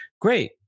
Great